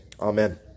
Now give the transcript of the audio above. amen